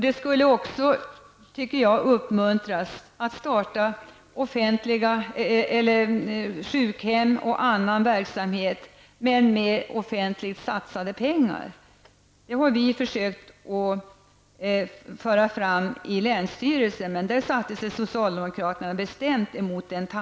De skulle också, tycker jag, uppmuntras att starta sjukhem och annan verksamhet men med offentligt satsade pengar. Det förslaget har vi försökt att föra fram i länsstyrelsen, men den tanken satte sig socialdemokraterna bestämt emot.